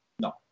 No